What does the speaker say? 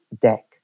deck